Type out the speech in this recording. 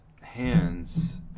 hands